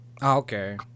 okay